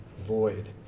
void